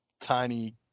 tiny